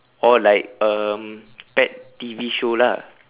oh like um pet T_V show lah